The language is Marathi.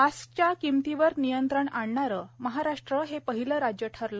मास्कच्या किमतीवर नियंत्रण आणणारं महाराष्ट्र हे पहिलं राज्य ठरलं